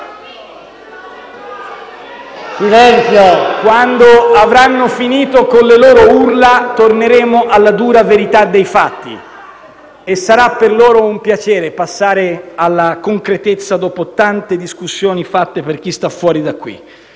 Quando avranno finito con le loro urla, torneremo alla dura verità dei fatti e sarà per loro un piacere passare alla concretezza, dopo tante discussioni fatte per chi sta fuori da qui.